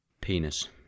Penis